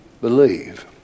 believe